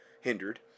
hindered